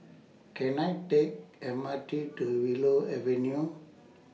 Can I Take M R T to Willow Avenue